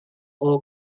all